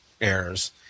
errors